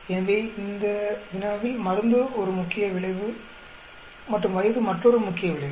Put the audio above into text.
எனவே இந்த வினாவில் மருந்து ஒரு முக்கிய விளைவு மற்றும் வயது மற்றொரு முக்கிய விளைவு